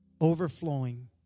overflowing